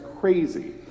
crazy